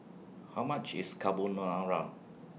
How much IS Carbonara